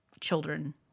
children